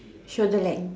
shoulder length